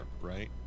right